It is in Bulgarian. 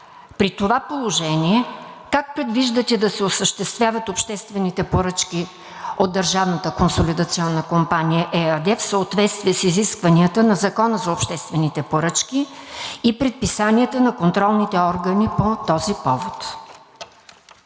При това положение как предвиждате да се осъществяват обществени поръчки от „Държавната консолидационна компания“ ЕАД в съответствие с изискванията на Закона за обществените поръчки и предписанията на контролните органи по този повод?